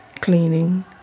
cleaning